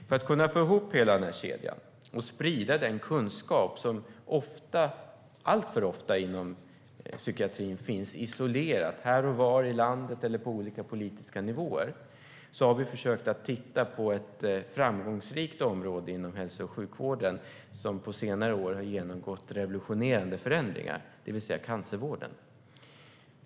För att kunna få ihop hela kedjan och sprida den kunskap som alltför ofta inom psykiatrin finns isolerad här och var i landet eller på olika politiska nivåer har vi försökt att titta på ett framgångsrikt område inom hälso och sjukvården som på senare år har genomgått revolutionerande förändringar, det vill säga cancervården.